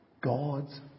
God's